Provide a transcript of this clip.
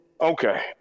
Okay